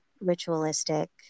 ritualistic